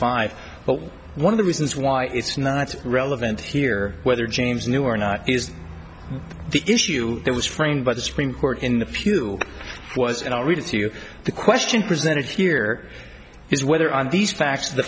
five but one of the reasons why it's not relevant here whether james knew or not is the issue there was framed by the supreme court in the few was and i'll read it to you the question presented here is whether on these facts the